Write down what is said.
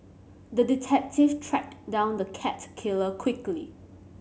the detective tracked down the cat killer quickly